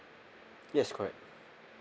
yes correct